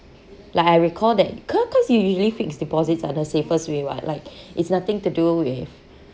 like I recall that c~ cause u~ usually fixed deposits are the safest way [what] like it's nothing to do with